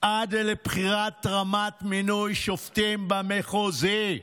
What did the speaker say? עד לרמת מינוי שופטים במחוזי.